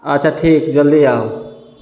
अच्छा ठीक जल्दी आउ